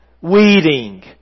Weeding